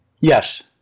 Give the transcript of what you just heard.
Yes